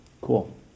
Cool